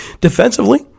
Defensively